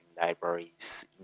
libraries